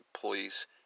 police